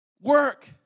work